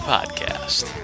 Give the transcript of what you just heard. Podcast